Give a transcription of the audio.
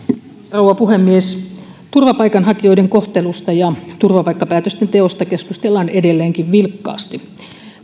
rouva puhemies turvapaikanhakijoiden kohtelusta ja turvapaikkapäätösten teosta keskustellaan edelleenkin vilkkaasti